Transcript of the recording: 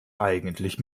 eigentlich